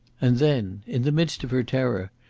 and then, in the midst of her terror,